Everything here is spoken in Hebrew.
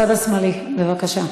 הצד השמאלי, בבקשה.